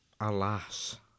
alas